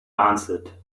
answered